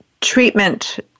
treatment